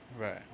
Right